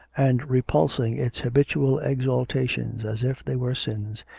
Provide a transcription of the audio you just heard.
and, repulsing its habitual exaltations as if they were sins,